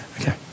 Okay